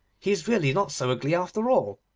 he is really not so ugly after all,